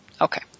okay